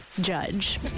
Judge